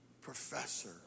professor